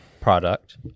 product